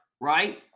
right